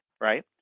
right